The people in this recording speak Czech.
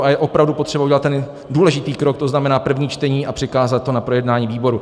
A je opravdu potřeba udělat ten důležitý krok, to znamená první čtení, a přikázat to na projednání výboru.